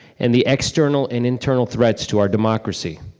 and the external and internal threats to our democracy.